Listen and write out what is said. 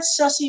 sussy